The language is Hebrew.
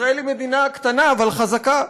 ישראל היא מדינה קטנה אבל חזקה,